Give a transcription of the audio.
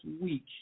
week